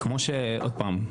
עוד פעם,